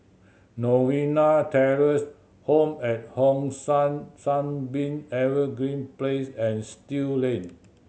Novena Terrace Home at Hong San Sunbeam Evergreen Place and Still Lane